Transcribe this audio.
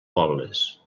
pobles